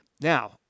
Now